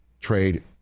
trade